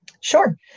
Sure